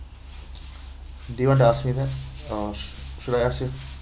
do you want to ask me that or should I ask you